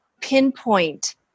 pinpoint